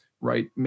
right